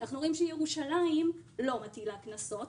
אנחנו רואים שירושלים לא מטילה קנסות,